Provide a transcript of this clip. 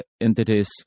entities